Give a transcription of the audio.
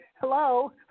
hello